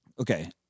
Okay